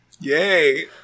Yay